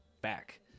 back